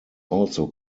also